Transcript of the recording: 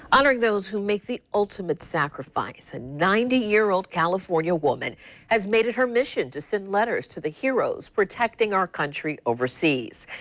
honoring those who make the ultimate sacrifice a ninety year old california woman has made it her mission to send letters to the heroes protecting our country overseas.